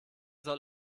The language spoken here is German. soll